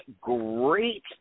great